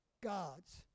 God's